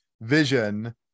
vision